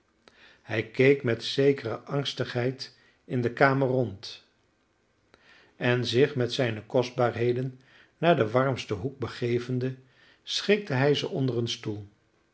hij keek met zekere angstigheid in de kamer rond en zich met zijne kostbaarheden naar den warmsten hoek begevende schikte hij ze onder een stoel